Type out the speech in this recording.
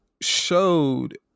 showed